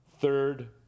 third